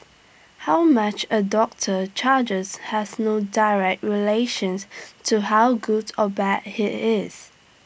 how much A doctor charges has no direct relations to how good or bad he is